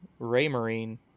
Raymarine